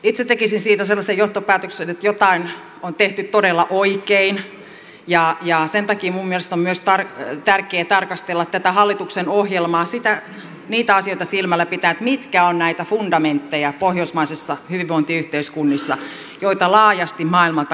itse tekisin siitä sellaisen johtopäätöksen että jotain on tehty todella oikein ja sen takia minun mielestäni on tärkeää tarkastella tätä hallituksen ohjelmaa myös niitä asioita silmällä pitäen mitkä ovat pohjoismaisissa hyvinvointiyhteiskunnissa näitä fundamentteja joita laajasti maailmalla kopioidaan